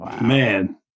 Man